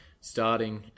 starting